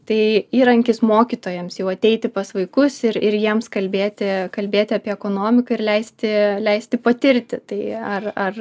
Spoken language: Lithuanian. tai įrankis mokytojams jau ateiti pas vaikus ir ir jiems kalbėti kalbėti apie ekonomiką ir leisti leisti patirti tai ar ar